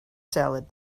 salad